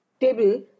table